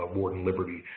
ah warden liberty,